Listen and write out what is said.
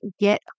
get